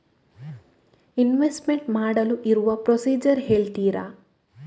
Investment ಮಾಡಲು ಇರುವ procedure ಹೇಳ್ತೀರಾ?